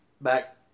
Back